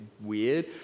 weird